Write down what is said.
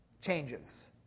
changes